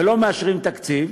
ולא מאשרים תקציב,